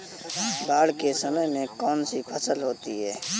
बाढ़ के समय में कौन सी फसल होती है?